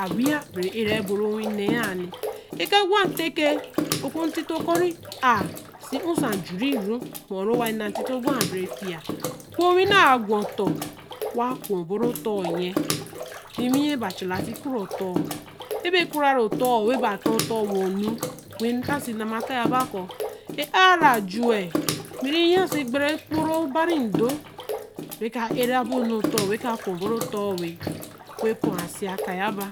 a wi ya bere era ye wen ne yen ni. e ka gwa te ke oku ntīto ko re a-sī hm se ajure ru. mur ho ru ware na ntito gwa a be re fīya. wo wī nn̄o a gwa o ton. wa ku boru oton yen. wi wi yen ba cha la wen sī ku ra o ton. e ber ku re oton. wen ba ta ya ba ko. aā ra j̄u wa. bī re yen sī egbare o kporo o bare ndo re ke ear bo nn̄u oton oton wen ka ku bo. ru oton wen. wen po a sī a ka ya ba.